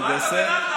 מה אתה בלחץ?